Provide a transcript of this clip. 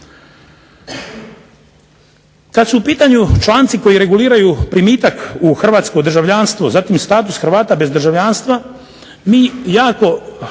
Kada su u pitanju članci koji reguliraju primitak u hrvatsko državljanstvo, zatim status Hrvata bez državljanstva, mi jako